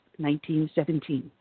1917